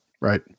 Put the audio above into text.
right